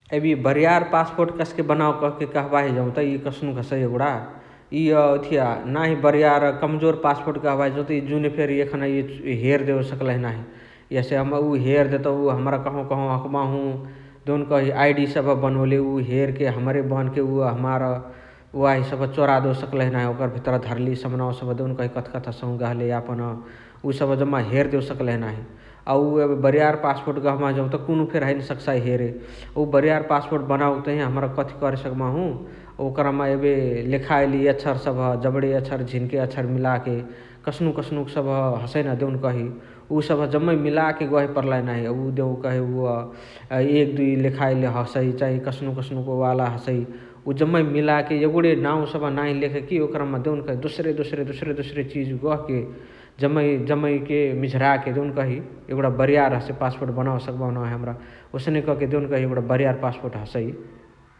अ बारीयार पस्स्पोर्ट कस्के बनाव कहाँके कहाँबाही जौत इअ कस्के हसइ एगुणा इअ ओथिय नाही बारीयार कम्जोर पस्स्पोर्ट गहबाही जौत इअ जुन फेरी एखान हेर देवे सकलही नाही । हसे उअ हेर देतउ उअ हमरा कहाँवा कहाँवा हखबाहु देउनकही आइडी सबह बनोले उ हेरके हमरे बनोले उअ हमार वाही सबह चोरा देवे सकलही नाही । ओकर भितरा धर्ली समनावा सबह देउनकही कथकथि हसहु गहले यापन । उ सबह जम्मा हेरदेवे सकलही नाही । उअ एबे बारीयार पस्स्पोर्ट गहबाही जौत कुन्हु फेरी हैने सकसाइ हेरे । उ बारीयार पस्स्पोर्ट बनावके तहिया हमरा कथी करे सकबाउ ओकरामा एबे लेखाइली एछर सबह जबणे एछर झिन्के एछर सबह मिलाके कस्नुक कस्नुक सबह हसैन देउन्कही उ सबह जमै मिलके गहे पर्लाई नाही । एबे उअ देउनकही उअ एक दुइ लेखाइली हसइ चाइ कस्नुक कस्नुक वाला हसइ उ जमै मिलाके एगुणे नाउ सबह नाही लेखकी ओकरमा देउनकही दोसरे दोसरे चिजु गहके जमै जमैके मिझराके देउनकही एगुणा बारीयार हसे पस्स्पोर्ट बनवे सकबाहु नाही हमरा । ओसने कके देउनकही एगुणा बारीयार पस्स्पोर्ट हसइ ।